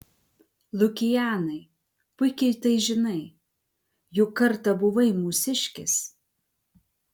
lukianai puikiai tai žinai juk kartą buvai mūsiškis